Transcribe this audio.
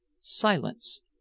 silence